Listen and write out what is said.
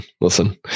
listen